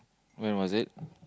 when was it